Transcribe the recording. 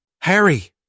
Harry